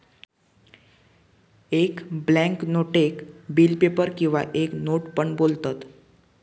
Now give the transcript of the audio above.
एक बॅन्क नोटेक bill paper किंवा एक नोट पण बोलतत